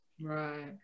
Right